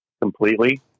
completely